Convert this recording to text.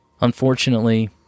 Unfortunately